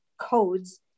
codes